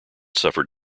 suffered